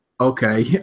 Okay